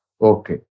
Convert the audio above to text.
Okay